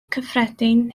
cyffredin